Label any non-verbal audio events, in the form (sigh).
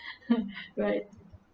(laughs) right